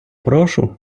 прошу